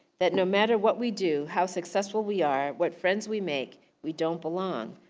that no matter what we do, how successful we are, what friends we make, we don't belong.